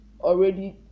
already